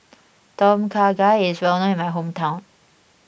Tom Kha Gai is well known in my hometown